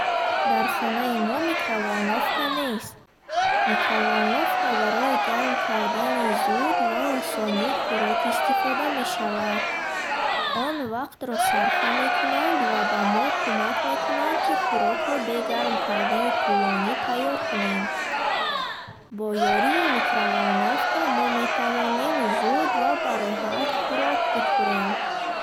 Дар хонаи мо микроволновка нест. Микроволновка барои гарм кардани зуд ва осони хӯрок истифода мешавад. Он вақтро сарфа мекунад ва ба мо кӯмак мекунад, ки хӯрокро бе гарм кардани тӯлонӣ тайёр кунем. Бо ёрии микроволновка мо метавонем зуд ва бароҳат хӯрок бихӯрем.